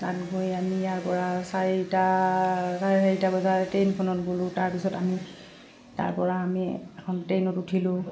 তাত গৈ আমি ইয়াৰ পৰা চাৰিটা চাৰে চাৰিটা বজাৰ ট্ৰেইনখনত গ'লোঁ তাৰপিছত আমি তাৰপৰা আমি এখন ট্ৰেইনত উঠিলোঁ